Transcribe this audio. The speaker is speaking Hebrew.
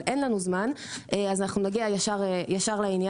אבל אין לנו זמן אז נגיע ישר לעניין.